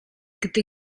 gdy